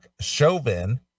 Chauvin